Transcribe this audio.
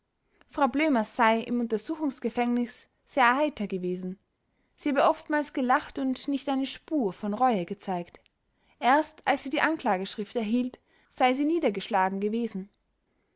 frau blömers sei im untersuchungsgefängnis sehr heiter gewesen sie habe oftmals gelacht und nicht eine spur von reue gezeigt erst als sie die anklageschrift erhielt sei sie niedergeschlagen gewesen